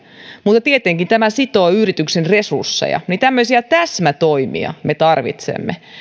mutta tietenkin tämä sitoo yrityksen resursseja tämmöisiä täsmätoimia me tarvitsemme